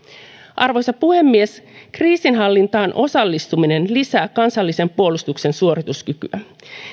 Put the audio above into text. arvoisa puhemies kriisinhallintaan osallistuminen lisää kansallisen puolustuksen suorituskykyä